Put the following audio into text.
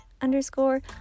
underscore